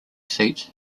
seat